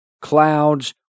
Clouds